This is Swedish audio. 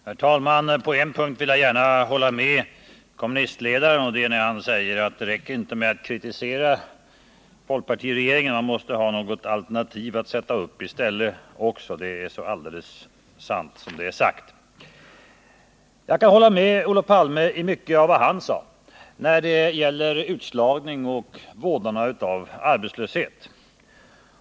Herr talman! På en punkt vill jag gärna hålla med kommunistledaren, och det är när han säger att det inte räcker med att kritisera folkpartiregeringen, utan man måste också ha något alternativ att sätta i stället. Det är så sant som det är sagt. Jag kan hålla med Olof Palme om mycket av vad han sade, t.ex. när det gäller utslagning och vådorna av arbetslöshet.